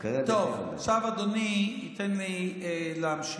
טוב, עכשיו אדוני ייתן לי להמשיך.